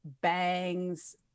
bangs